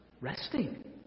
resting